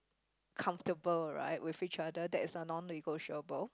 comfortable right with each other that is a non negotiable